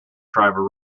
driver